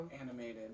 animated